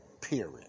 Period